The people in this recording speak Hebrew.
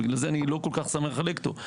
בגלל זה אני לא כל כך שמח לחלק אותו.